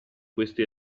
queste